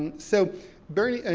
and so bernie,